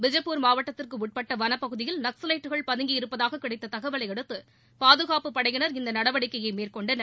பிஜப்பூர் மாவட்டத்திற்கு உட்பட்ட வனப் பகுதியில் நக்ஸவைட்டுகள் பதுங்கி இருப்பதாக கிடைத்த தகவலை அடுத்து பாதுகாப்புப் படையினர் இந்த நடவடிக்கையை மேற்கொண்டனர்